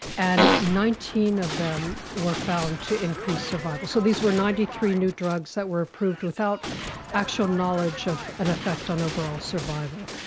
and nineteen of them were found to increase survival. so these were ninety three new drugs that were approved without actual knowledge of an effect on overall survival.